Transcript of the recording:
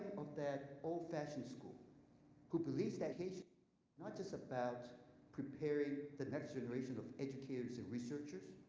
of that old-fashioned school who believes that education not just about preparing the next generation of educators and researchers,